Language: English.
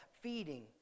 feeding